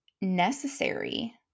necessary